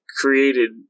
created